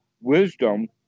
wisdom